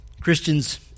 Christians